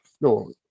no